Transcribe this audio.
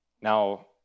Now